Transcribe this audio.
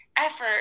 effort